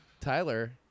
tyler